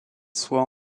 soient